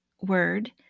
word